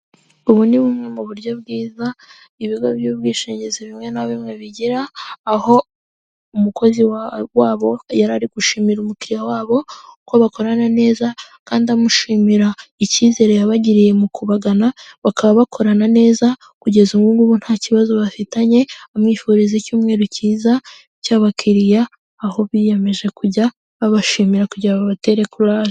Imodoka ifite ibara ry'umweru yo mu bwoko bwa Hyundai iparitse hamwe nandi mamodoka menshi ifite icyapa cya ndistseho kigali Carizi maketi iparitse imbere yinzu ifite irangi ry'umuhondo n'amadirishya y'umukara na konteneli y'umutuku .